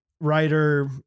writer